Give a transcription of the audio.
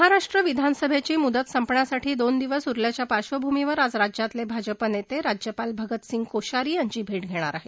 महाराष्ट्राच्या विधानसभेची मुदत संपण्यासाठी दोन दिवस उरल्याच्या पार्श्वभूमीवर आज राज्यातले भाजप नेते राज्यपाल भगतसिंग कोश्यारी यांची भेट घेणार आहेत